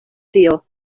tio